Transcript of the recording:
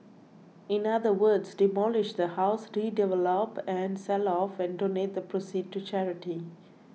in other words demolish the house redevelop and sell off and donate the proceeds to charity